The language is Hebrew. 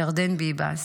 ירדן ביבס,